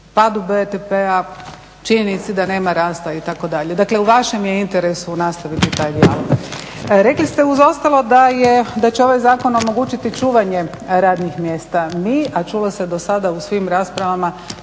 padu BDP-a, činjenici da nema rasta itd. Dakle u vašem je interesu nastaviti taj dijalog. Rekli ste uz ostalo da će ovaj zakon omogućiti čuvanje radnih mjesta. Mi a čulo se do sada u svim raspravama